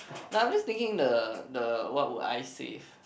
nah I'm just thinking the the what would I save